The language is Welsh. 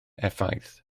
effaith